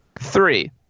three